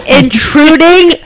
intruding